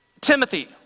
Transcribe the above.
Timothy